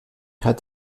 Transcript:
hat